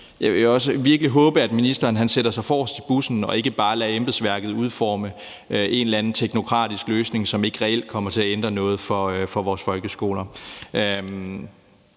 jeg vil også virkelig håbe, at ministeren sætter sig forrest i bussen og ikke bare lader embedsværket udforme en eller anden teknokratisk løsning, som ikke reelt kommer til at ændre noget for vores folkeskoler.